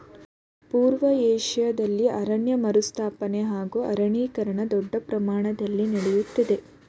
ಪೂರ್ವ ಏಷ್ಯಾ ದೇಶ್ದಲ್ಲಿ ಅರಣ್ಯ ಮರುಸ್ಥಾಪನೆ ಹಾಗೂ ಅರಣ್ಯೀಕರಣ ದೊಡ್ ಪ್ರಮಾಣ್ದಲ್ಲಿ ನಡಿತಯ್ತೆ